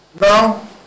Now